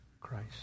Christ